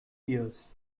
years